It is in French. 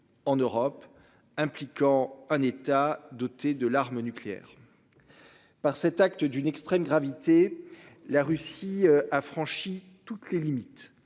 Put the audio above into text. en Europe impliquant un État doté de l'arme nucléaire. Par cet acte, d'une extrême gravité. La Russie a franchi toutes les limites